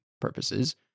purposes